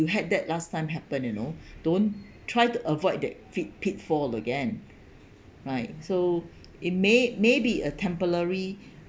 you had that last time happened you know don't try to avoid that fit pitfall again right so it may may be a temporary